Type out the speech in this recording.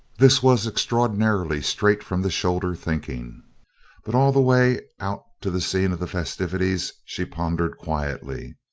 this was extraordinarily straight-from-the-shoulder thinking but all the way out to the scene of the festivities she pondered quietly.